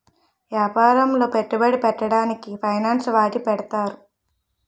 యాపారములో పెట్టుబడి పెట్టడానికి ఫైనాన్స్ వాడి పెడతారు